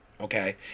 okay